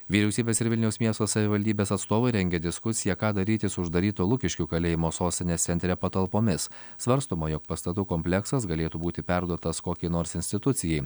vyriausybės ir vilniaus miesto savivaldybės atstovai rengia diskusiją ką daryti su uždaryto lukiškių kalėjimo sostinės centre patalpomis svarstoma jog pastatų kompleksas galėtų būti perduotas kokiai nors institucijai